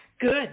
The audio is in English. good